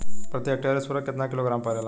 प्रति हेक्टेयर स्फूर केतना किलोग्राम परेला?